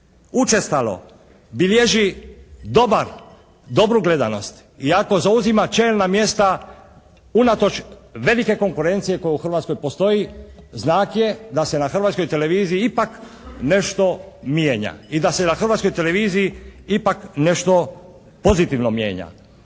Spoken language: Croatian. učestalo bilježi dobru gledanost i ako zauzima čelna mjesta unatoč velike konkurencije koja u Hrvatskoj postoji, znak je da se na Hrvatskoj televiziji ipak nešto mijenja i da se na Hrvatskoj televiziji ipak nešto pozitivno mijenja,